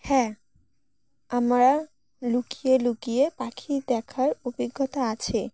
হ্যাঁ আমার লুকিয়ে লুকিয়ে পাখি দেখার অভিজ্ঞতা আছে